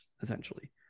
essentially